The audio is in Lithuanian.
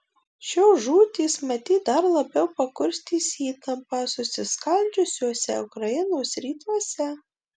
šios žūtys matyt dar labiau pakurstys įtampą susiskaldžiusiuose ukrainos rytuose